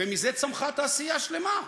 ומזה צמחה תעשייה שלמה: